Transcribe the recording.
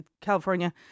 California